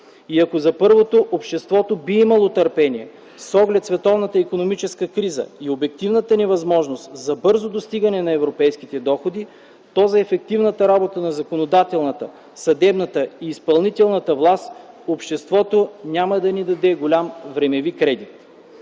И ако за първото обществото би имало търпение с оглед световната икономическа криза и обективната невъзможност за бързо достигане на европейските доходи, то за ефективната работа на законодателната, съдебната и изпълнителната власт обществото няма да ни даде голям времеви кредит.